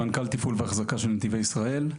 סמנכ"ל תפעול ואחזקה של נתיבי ישראל.